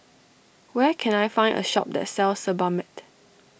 where can I find a shop that sells Sebamed